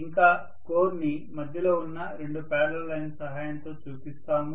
ఇంకా కోర్ ని మధ్యలో ఉన్న రెండు పారలల్ లైన్ల సహాయంతో చూపిస్తాము